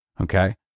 Okay